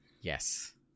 Yes